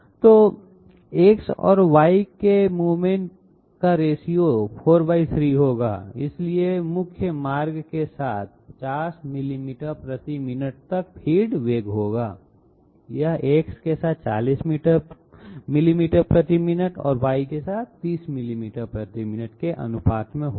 तो X और Y के साथ मूवमेंट 4 3 होगा और इसलिए मुख्य मार्ग के साथ 50 मिमी मिनट तक फीड वेग होगा यह X के साथ 40 मिलीमीटर प्रति मिनट और Y के साथ 30 मिलीमीटर प्रति मिनट के अनुपात में होगा